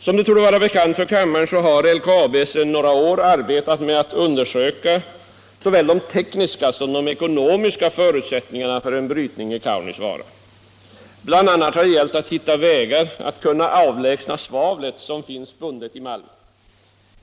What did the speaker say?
Som torde vara bekant för kammaren har LKAB sedan några år arbetat med att undersöka såväl de tekniska som de ekonomiska förutsättningarna för en brytning i Kaunisvaara. Bl. a. har det gällt att hitta vägar för att kunna avlägsna svavlet som finns bundet i malmen.